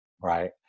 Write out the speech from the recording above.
right